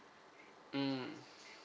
mm